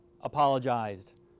apologized